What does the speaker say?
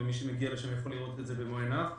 ומי שמגיע לשם יכול לראות זה במו עיניו.